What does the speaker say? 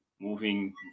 Moving